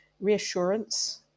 reassurance